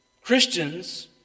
Christians